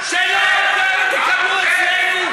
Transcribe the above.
למה אתה לא מקבל מרוקאים?